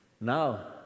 Now